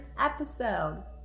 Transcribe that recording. episode